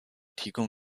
提供